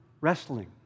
wrestling